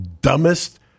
dumbest